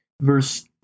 Verse